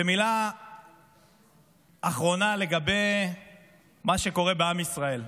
מילה אחרונה לגבי מה שקורה בעם ישראל.